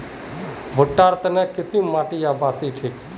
भुट्टा र तने की किसम माटी बासी ठिक?